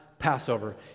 Passover